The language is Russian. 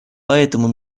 поэтому